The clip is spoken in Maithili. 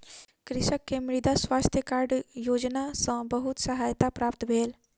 कृषक के मृदा स्वास्थ्य कार्ड योजना सॅ बहुत सहायता प्राप्त भेल